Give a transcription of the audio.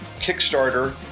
Kickstarter